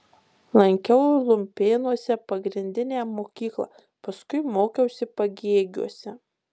lankiau lumpėnuose pagrindinę mokyklą paskui mokiausi pagėgiuose